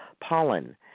pollen